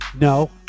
No